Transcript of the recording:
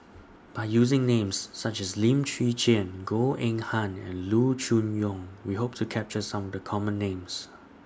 By using Names such as Lim Chwee Chian Goh Eng Han and Loo Choon Yong We Hope to capture Some of The Common Names